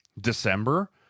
December